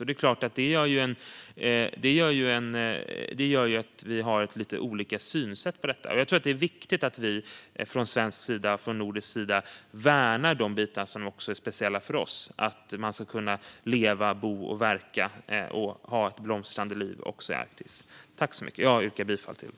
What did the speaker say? Det är klart att det gör att det finns lite olika synsätt. Jag tror att det är viktigt att vi från svensk och nordisk sida värnar de bitar som är speciella för oss. Man ska kunna leva, bo och verka och ha ett blomstrande liv också i Arktis. Jag yrkar bifall till förslaget i betänkandet.